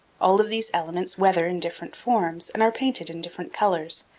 all of these elements weather in different forms and are painted in different colors,